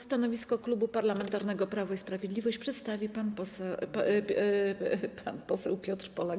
Stanowisko Klubu Parlamentarnego Prawo i Sprawiedliwość przedstawi pan poseł Piotr Polak.